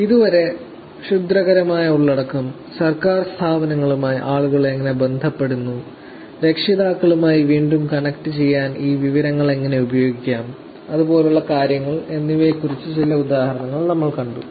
ഇതു വരെ ക്ഷുദ്രകരമായ ഉള്ളടക്കം സർക്കാർ സ്ഥാപനങ്ങളുമായി ആളുകൾ എങ്ങനെ ബന്ധപ്പെടുന്നു രക്ഷിതാക്കളുമായി വീണ്ടും കണക്റ്റുചെയ്യാൻ ഈ വിവരങ്ങൾ എങ്ങനെ ഉപയോഗിക്കാം അതുപോലുള്ള കാര്യങ്ങൾ എന്നിവയെക്കുറിച്ചുള്ള ചില ഉദാഹരണങ്ങൾ നമ്മൾ കണ്ടു